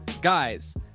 guys